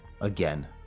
again